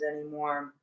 anymore